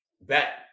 Bet